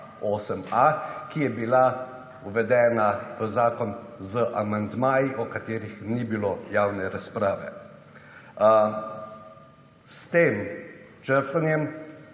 A8A, ki je bila uvedena v zakon z amandmaji o katerih ni bilo javne razprave. S tem črtanjem